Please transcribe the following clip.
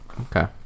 Okay